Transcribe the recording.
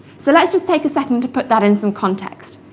so let's just take a second to put that in some context.